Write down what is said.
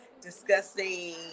discussing